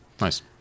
Nice